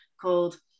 called